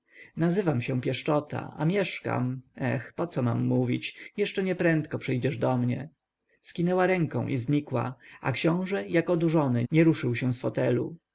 nazywam się pieszczota a mieszkam eh poco mam mówić jeszcze nieprędko przyjdziesz do mnie skinęła ręką i znikła a książę jakby odurzony nie ruszył się z fotelu